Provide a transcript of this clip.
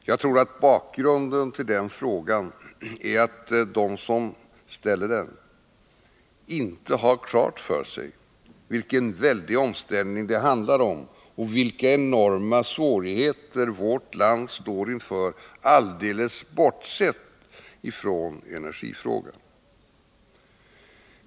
Jag tror att bakgrunden till den frågan är att de som ställer den inte har klart för sig vilken väldig omställning det handlar om och vilka enorma svårigheter Sverige står inför, alldeles bortsett från energifrågan.